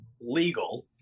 legal